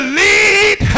lead